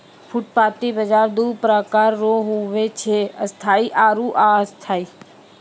फुटपाटी बाजार दो प्रकार रो हुवै छै स्थायी आरु अस्थायी